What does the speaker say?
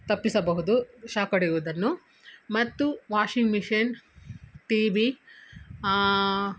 ತಪ್ಪಿಸಬಹುದು ಶಾಕ್ ಹೊಡೆಯುವುದನ್ನು ಮತ್ತು ವಾಷಿಂಗ್ ಮೆಷೀನ್ ಟಿವಿ